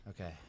Okay